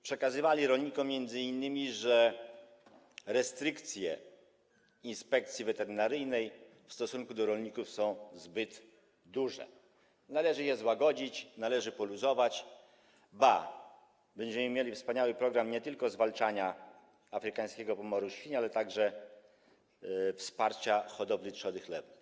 Przekazywali rolnikom m.in., że restrykcje Inspekcji Weterynaryjnej w stosunku do rolników są zbyt duże, że należy je złagodzić, należy poluzować, ba, że będziemy mieli wspaniały program nie tylko zwalczania afrykańskiego pomoru świń, ale także wsparcia hodowli trzody chlewnej.